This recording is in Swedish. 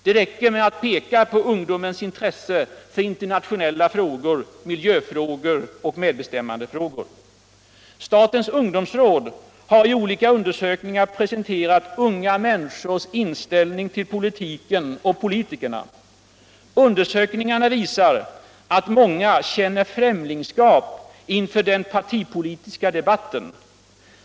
Det räcker att peka på ungdomens intresse för internationella frågor, miljöfrågor och medbestämmandefrågor. Statens ungdomsråd har i olika undersökningar presenterat unga människors inställning till politiken och till politikerna. Undersökningarna visar att många känner främlingskap inför den partipolitiska debatten.